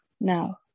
now